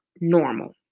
normal